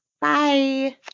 Bye